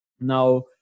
Now